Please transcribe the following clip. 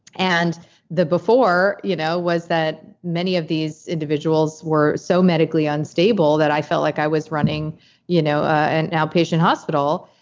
and the before you know was that many of these individuals were so medically unstable that i felt like i was running you know and an outpatient hospital.